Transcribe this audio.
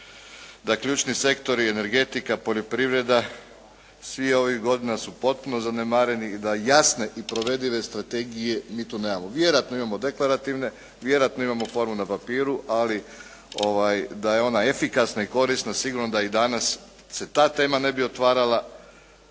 da ključni sektori energetika, poljoprivreda svi ovih godina su potpuno zanemareni i da jasne i provedive strategije mi tu nemamo. Vjerojatno imamo deklarativne, vjerojatno imamo formu na papiru, ali da je ona efikasna i korisna sigurno da i danas se ta tema ne bi otvarala,